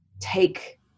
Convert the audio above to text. take